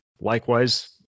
Likewise